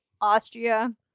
Austria